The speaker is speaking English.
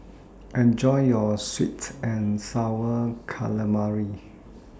Enjoy your Sweet and Sour Calamari